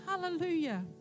Hallelujah